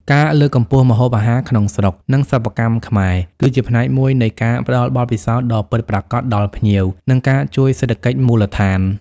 ការលើកកម្ពស់ម្ហូបអាហារក្នុងស្រុក និងសិប្បកម្មខ្មែរ គឺជាផ្នែកមួយនៃការផ្តល់បទពិសោធន៍ដ៏ពិតប្រាកដដល់ភ្ញៀវ និងការជួយសេដ្ឋកិច្ចមូលដ្ឋាន។